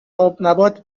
آبنبات